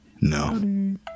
No